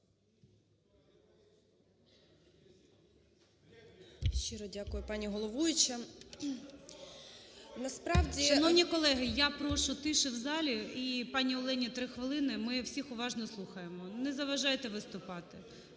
Щиро дякую, пані головуюча. ГОЛОВУЮЧИЙ Шановні колеги, я прошу тиші в залі і пані Олені 3 хвилини, ми всіх уважно слухаємо, не заважайте виступати.